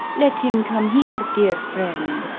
let him come here, dear friend,